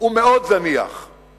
הוא זניח מאוד.